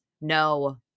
no